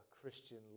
Christian